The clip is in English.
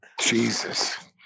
Jesus